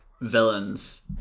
villains